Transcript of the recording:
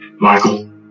Michael